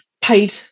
paid